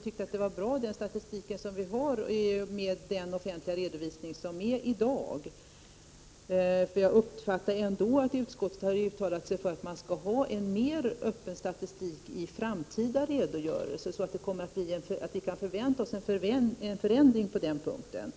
tycker att den statistik som vi har är bra, med den offentliga redovisning som sker i dag. Jag uppfattar ändå att utskottet har uttalat sig för att man skall ha en mer öppen statistik i framtida redogörelser, så att vi kan förvänta oss en förändring på den punkten.